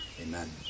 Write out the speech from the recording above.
amen